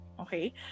okay